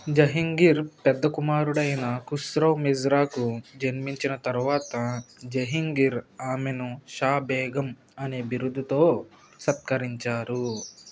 జహంగీర్ పెద్ద కుమారుడైన కుస్రౌ మిజ్రాకు జన్మించిన తరువాత జహంగీర్ ఆమెను షా బేగం అనే బిరుదుతో సత్కరించారు